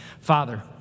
Father